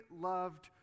loved